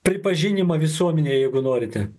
pripažinimą visuomenėj jeigu norite